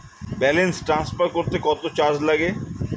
Balance transfer করতে কত charge লাগে?